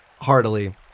heartily